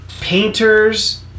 painters